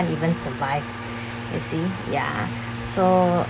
can't even survive you see ya so